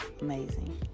amazing